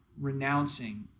renouncing